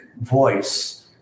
voice